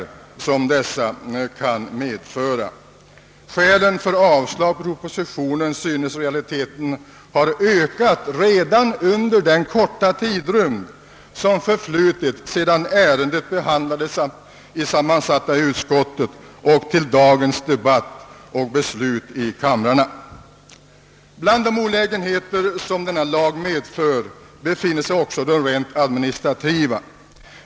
Skälen för avslag på propositionen synes i realiteten ha ökat redan under den korta tidrymd som förflutit sedan ärendet behandlades i sammansatta utskottet och till dagens debatt och beslut i kamrarna. Bland de olägenheter denna förordning kan komma att medföra finns också de rent administrativa.